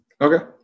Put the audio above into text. Okay